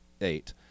eight